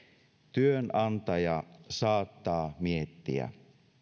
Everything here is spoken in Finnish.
työnantaja saattaa miettiä